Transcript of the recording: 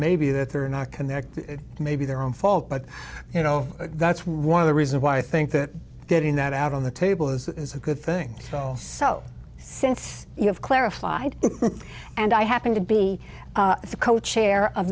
maybe that they're not connected maybe their own fault but you know that's one of the reasons why i think that getting that out on the table is a good thing well so since you have clarified and i happen to be the co chair o